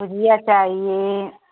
भुजिया चाहिए